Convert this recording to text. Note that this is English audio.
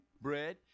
bread